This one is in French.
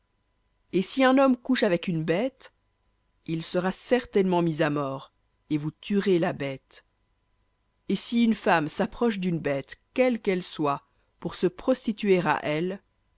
et si un homme couche avec une bête il sera certainement mis à mort et vous tuerez la bête et si une femme s'approche d'une bête quelle qu'elle soit pour se prostituer à elle